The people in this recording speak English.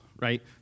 right